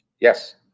Yes